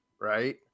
Right